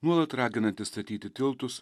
nuolat raginantis statyti tiltus